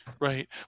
Right